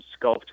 sculpt